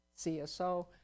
CSO